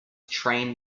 trained